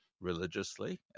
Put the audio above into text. religiously